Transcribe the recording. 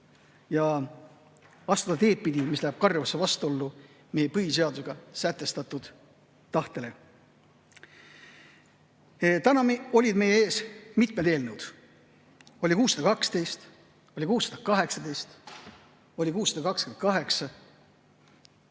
liikudes teed pidi, mis läheb karjuvasse vastuollu meie põhiseaduses sätestatud tahtega. Täna olid meie ees mitmed eelnõud, oli 612, oli 618, oli 628.